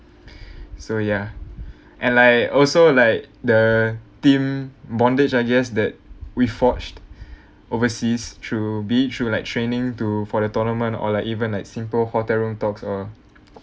so yeah and like also like the team bondage I guess that we forged overseas through beach through like training to for the tournament or like even like simple hotel room talks or